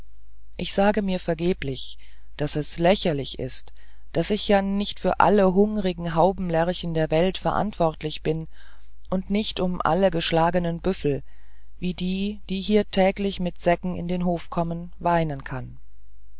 ich sage mir vergeblich daß es lächerlich ist daß ich ja nicht für alle hungrigen haubenlerchen der welt verantwortlich bin und nicht um alle geschlagenen büffel wie die die hier täglich mit säcken in den hof kommen weinen kann